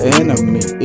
enemy